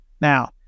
Now